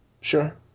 Sure